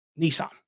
Nissan